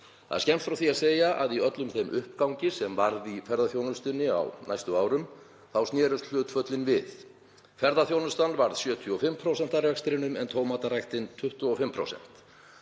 Það er skemmst frá því að segja að í öllum þeim uppgangi sem varð í þeirri grein á næstu árum snerust hlutföllin við; ferðaþjónustan varð 75% af rekstrinum en tómataræktin 25%.